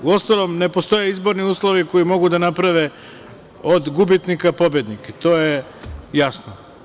Uostalom, ne postoje izborni uslovi koji mogu da naprave od gubitnika pobednike i to je jasno.